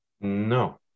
No